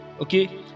okay